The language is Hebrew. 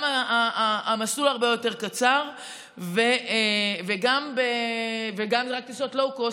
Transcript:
גם המסלול הרבה יותר קצר וגם רק לטיסות לואו-קוסט,